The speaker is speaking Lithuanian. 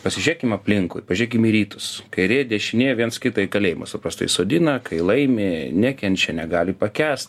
pasižiūrėkim aplinkui pažėkim į rytus kairė dešinė viens kitą į kalėjimus paprastai sodina kai laimi nekenčia negali pakęst